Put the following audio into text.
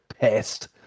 pest